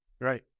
Right